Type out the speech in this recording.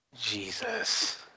Jesus